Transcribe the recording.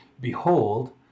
Behold